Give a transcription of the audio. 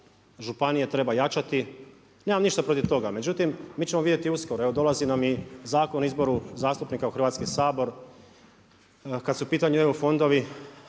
županije treba jačati. Nemam ništa protiv toga, međutim mi ćemo vidjeti uskoro. Evo dolazi nam i Zakon o izboru zastupnika u Hrvatski sabor kad su u pitanju EU fondovi.